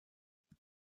qu’est